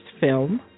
film